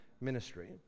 ministry